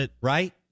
Right